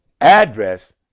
address